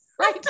Right